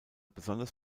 besonders